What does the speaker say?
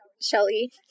Shelly